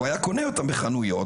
והוא היה קונה אותן בחנויות.